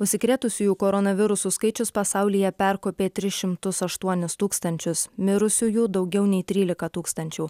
užsikrėtusiųjų koronavirusu skaičius pasaulyje perkopė tris šimtus aštuonis tūkstančius mirusiųjų daugiau nei trylika tūkstančių